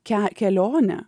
ke kelionė